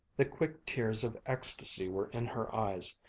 the quick tears of ecstasy were in her eyes.